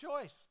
choice